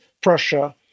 Prussia